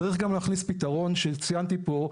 צריך גם להכניס פתרון שציינתי פה,